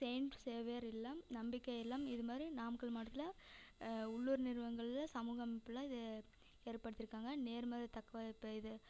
Saint Xavier இல்லம் நம்பிக்கை இல்லம் இது மாதிரி நாமக்கல் மாவட்டத்தில் உள்ளூர் நிறுவங்கள்ல சமூகம் அமைப்பெலாம் இது ஏற்படுத்தியிருக்காங்க நேர்மறைத்தக்குவ இப்போ இது